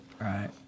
Right